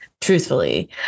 truthfully